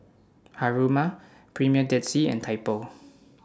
Haruma Premier Dead Sea and Typo